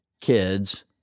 kids